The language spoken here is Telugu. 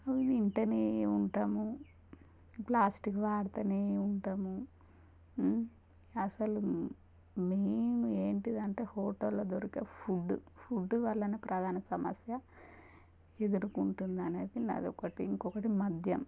అవి తింటానే ఉంటాము ప్లాస్టిక్ వాడుతూనే ఉంటాము అసలు మెయిన్ ఏంటిది అంటే హోటల్లో దొరికే ఫుడ్ ఫుడ్ వలన ప్రధాన సమస్య ఇది ఎదుర్కొంటుంది అనేది అది ఒకటి ఇంకొకటి మద్యం